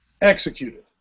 executed